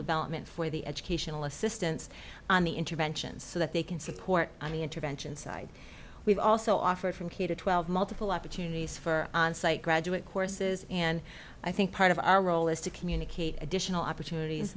development for the educational assistance on the interventions so that they can support the intervention side we've also offered from k to twelve multiple opportunities for onsite graduate courses and i think part of our role is to communicate additional opportunities